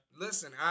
Listen